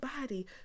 body